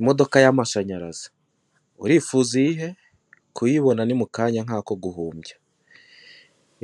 Imodoka y'amashanyarazi. Urifuza iyihe? kuyibona ni mukanya nk'ako guhumbya.